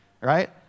right